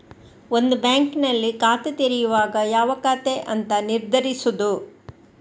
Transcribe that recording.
ಒಂದು ಬ್ಯಾಂಕಿನಲ್ಲಿ ಖಾತೆ ತೆರೆಯುವಾಗ ಯಾವ ಖಾತೆ ಅಂತ ನಿರ್ಧರಿಸುದು